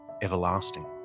everlasting